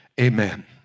Amen